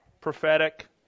prophetic